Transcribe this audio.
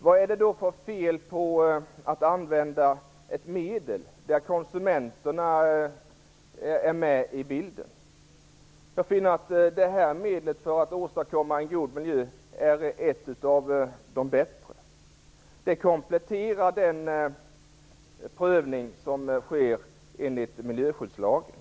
Vad är det då för fel att använda ett medel där konsumenterna är med i bilden. Jag finner att det här medlet för att åstadkomma en god miljö är ett av de bättre. Det kompletterar den prövning som sker enligt miljöskyddslagen.